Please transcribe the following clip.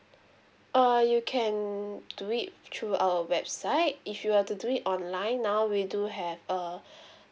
err you can do it through our website if you want to do it online now we do have err